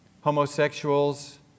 homosexuals